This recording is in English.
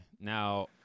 now